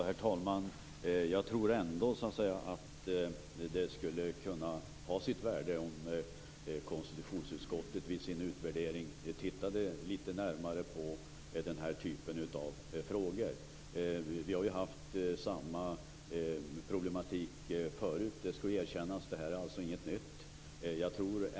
Herr talman! Jag tror ändå att det skulle kunna ha sitt värde om konstitutionsutskottet vid sin utvärdering tittade litet närmare på den här typen av frågor. Vi har ju haft samma problematik förut, det skall erkännas. Det här är alltså inget nytt.